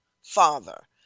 Father